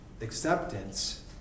acceptance